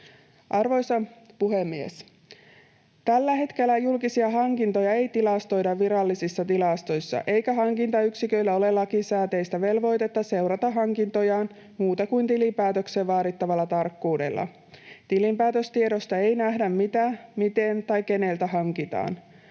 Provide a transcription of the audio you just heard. Arvoisa puhemies! Tällä hetkellä julkisia hankintoja ei tilastoida virallisissa tilastoissa eikä hankintayksiköillä ole lakisääteistä velvoitetta seurata hankintojaan muuta kuin tilinpäätökseen vaadittavalla tarkkuudella. Tilinpäätöstiedoista ei nähdä, mitä, miten tai keneltä hankitaan.